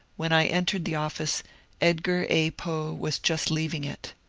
when i entered the office edgar a. foe was just leaving it.